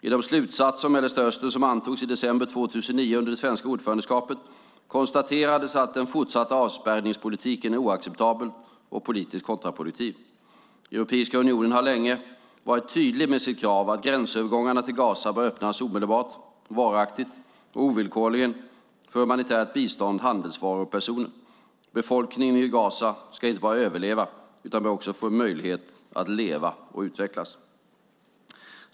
I de slutsatser om Mellanöstern som antogs i december 2009 under det svenska ordförandeskapet konstaterades att den fortsatta avspärrningspolitiken är oacceptabel och politiskt kontraproduktiv. Europeiska unionen har länge varit tydlig med sitt krav att gränsövergångarna till Gaza bör öppnas omedelbart, varaktigt och ovillkorligen för humanitärt bistånd, handelsvaror och personer. Befolkningen i Gaza ska inte bara överleva utan bör också få möjlighet att leva och utvecklas.